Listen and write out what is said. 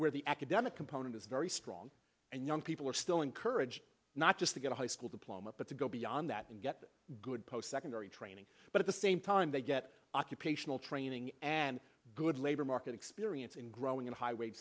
where the academic component is very strong and young people are still encouraged not just to get a high school diploma but to go beyond that and get good post secondary training but at the same time they get occupational training and good labor market experience in growing in high wa